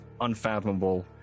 unfathomable